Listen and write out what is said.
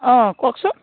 অঁ কওকচোন